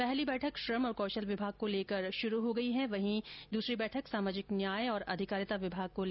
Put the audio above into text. पहली बैठक श्रम और कौशल विभाग को लेकर शुरू हो गई है वहीं दूसरी बैठक सामाजिक न्याय एवं अधिकारिता विभाग को लेकर की जाएगी